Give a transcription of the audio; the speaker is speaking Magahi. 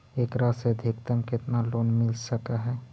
एकरा से अधिकतम केतना लोन मिल सक हइ?